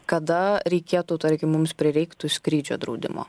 kada reikėtų tarkim mums prireiktų skrydžio draudimo